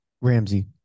Ramsey